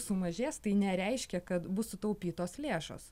sumažės tai nereiškia kad bus sutaupytos lėšos